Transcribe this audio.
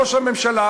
ראש הממשלה